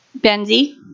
Benzie